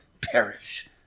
perish